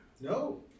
No